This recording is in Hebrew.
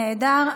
נהדר.